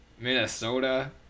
Minnesota